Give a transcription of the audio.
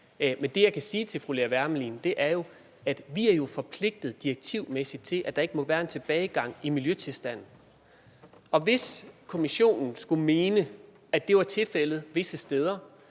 Men det, jeg kan sige til fru Lea Wermelin, er, at vi jo direktivmæssigt er forpligtet til, at der ikke må være en tilbagegang i miljøtilstanden. Og hvis Kommissionen skulle mene, at det var tilfældet visse steder,